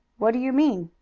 what do you mean?